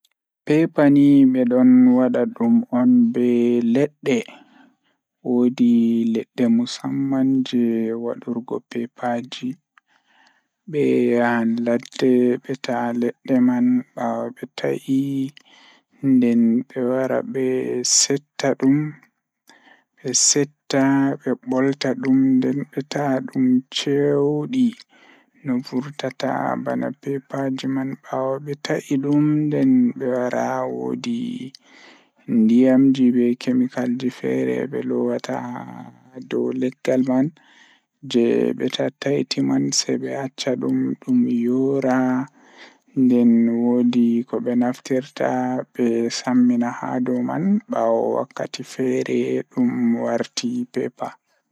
Fayde ɓe naftiraade baafal ngal ɗiɗi, kadi eɓe njaati e ndiyam ngol, teeŋol ko "slurry." Nde "slurry" ngol naftiraa e sappoore, ndiyam ngol njaltinaa, ngol no jogii baafal ngal ɗiɗi. Eɓe tokkaay e ngol e hikkaa, tigi moƴƴe no ñaɓi.